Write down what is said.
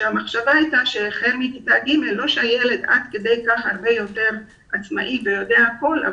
זה לא שהחל מכיתה ג' הילד הוא הרבה יותר עצמאי ויודע הכול,